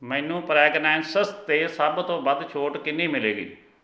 ਮੈਨੂੰ ਫਰੈਗਨੈਂਸਿਸ 'ਤੇ ਸਭ ਤੋਂ ਵੱਧ ਛੋਟ ਕਿੰਨੀ ਮਿਲੇਗੀ